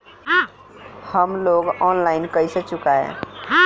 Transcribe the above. हम loan online कइसे चुकाई?